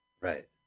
Right